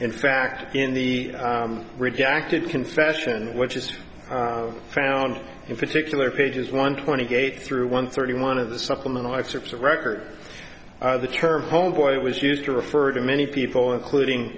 in fact in the redacted confession which is found in particular pages one twenty gauge through one thirty one of the supplemental excerpts of record the term homeboy was used to refer to many people including